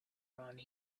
around